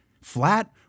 flat